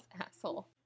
asshole